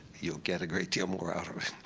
you'll get a great deal more out of it.